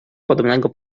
podobnego